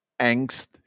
angst